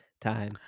time